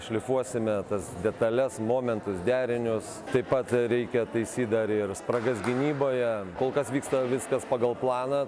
šlifuosime tas detales momentus derinius taip pat reikia taisyt dar ir spragas gynyboje kol kas vyksta viskas pagal planą